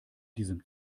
diesem